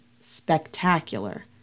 spectacular